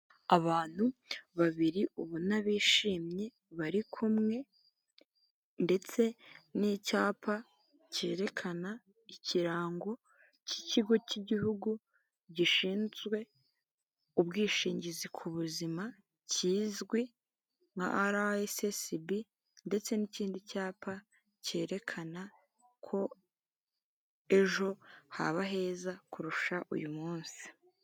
Abantu babiri ubona bishimye bari kumwe ndetse n'icyapa cyerekana ikirango cy'ikigo cy'igihugu gishinzwe ubwishingizi ku buzima kizwi nka arasesibi (RSSB) ndetse n'ikindi cyapa cyerekana ko ejo haba heza kurusha uyu munsi.